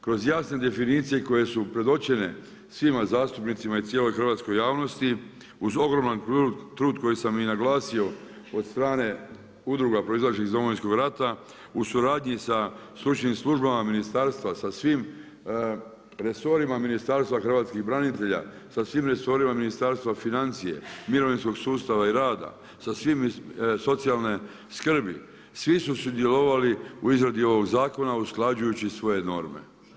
Kroz jasne definicije koje su predočene svima zastupnicima i cijeloj hrvatskoj javnosti uz ogroman trud koji sam i naglasio od strane udruge proizašlih iz Domovinskog rata, u suradnji sa stručnim službama ministarstva, sa svim resorima Ministarstva hrvatskih branitelja, sa svim resorima Ministarstva financija, mirovinskog sustava i rada, sa socijalne skrbi, svi su sudjelovali u izradi ovog zakona usklađujući svoje norme.